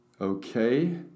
Okay